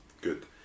good